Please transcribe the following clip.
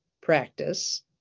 practice